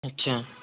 अच्छा